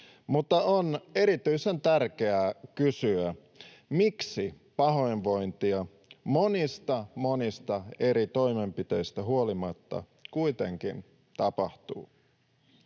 mutta on erityisen tärkeää kysyä, miksi pahoinvointia monista, monista eri toimenpiteistä huolimatta kuitenkin tapahtuu.